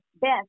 best